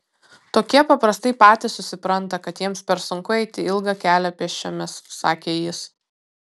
tokie paprastai patys susipranta kad jiems per sunku eiti ilgą kelią pėsčiomis sakė jis